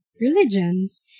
religions